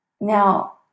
Now